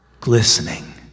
glistening